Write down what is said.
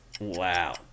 Wow